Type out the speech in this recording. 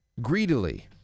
Greedily